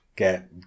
Get